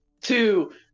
two